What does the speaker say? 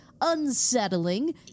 unsettling